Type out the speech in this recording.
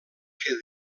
que